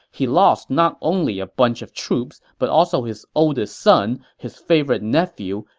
he lost not only a bunch of troops, but also his oldest son, his favorite nephew,